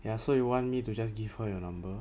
ya so you want me to just give her your number